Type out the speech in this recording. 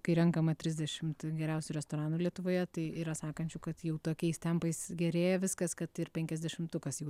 kai renkama trisdešimt geriausių restoranų lietuvoje tai yra sakančių kad jau tokiais tempais gerėja viskas kad ir penkiasdešimtukas jau